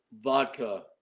vodka